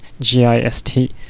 G-I-S-T